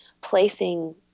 placing